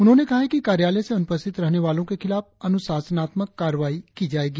उन्होंने कहा है कि कार्यालय से अनुपस्थित रहने वालों के खिलाफ अनुशासनात्मक कार्रवाई की जायेगी